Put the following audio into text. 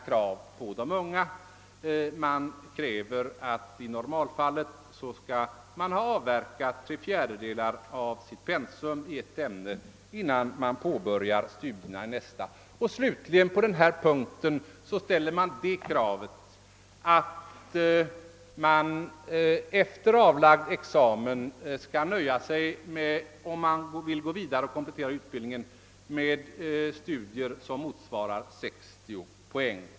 I normalfallet krävs att vederbörande skall ha avverkat tre fjärdedelar av sitt pensum i ett ämne innan studierna i nästa får påbörjas. Slutligen ställs kravet att vederbörande efter avlagd examen, om han eller hon vill komplettera utbildningen, skall nöja sig med studier som motsvarar 60 poäng.